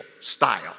style